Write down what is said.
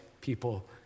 people